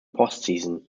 postseason